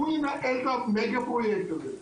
שהוא ינהל את המגה-פרויקט הזה.